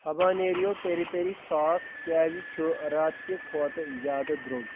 ہبانٮ۪ریو پیٚری پیٚری سوس کیٛازِ چھ راتہِ کہِ کھۄتہٕ زیادٕ درٛوگ